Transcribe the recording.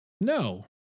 No